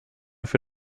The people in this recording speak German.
für